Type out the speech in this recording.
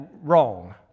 wrong